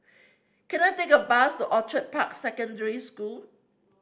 can I take a bus to Orchid Park Secondary School